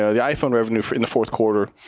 so the iphone revenue for and the fourth quarter,